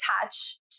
attach